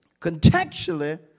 contextually